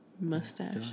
mustache